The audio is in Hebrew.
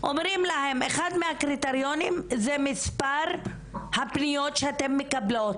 אומרים להם - אחד מהקריטריונים זה מספר הפניות שהם מקבלים.